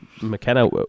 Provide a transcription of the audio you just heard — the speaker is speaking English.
McKenna